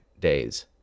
days